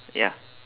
ya